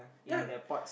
in the pots